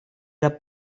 era